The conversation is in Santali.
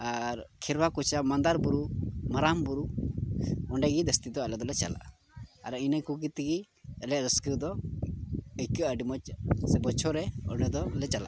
ᱟᱨ ᱠᱷᱮᱨᱣᱟ ᱠᱚᱪᱟ ᱢᱟᱫᱟᱨ ᱵᱩᱨᱩ ᱢᱟᱨᱟᱝ ᱵᱩᱨᱩ ᱚᱸᱰᱮ ᱡᱟᱹᱥᱛᱤ ᱫᱚ ᱟᱞᱮ ᱫᱚᱞᱮ ᱪᱟᱞᱟᱜᱼᱟ ᱟᱨ ᱤᱱᱟᱹ ᱠᱚᱜᱮ ᱛᱮ ᱟᱞᱮᱭᱟᱜ ᱨᱟᱹᱥᱠᱟᱹ ᱫᱚ ᱟᱹᱭᱠᱟᱹᱜᱼᱟ ᱟᱹᱰᱤ ᱢᱚᱡᱽ ᱥᱮ ᱵᱚᱪᱷᱚᱨ ᱨᱮ ᱚᱸᱰᱮ ᱫᱚ ᱞᱮ ᱪᱟᱞᱟᱜ ᱜᱮᱭᱟ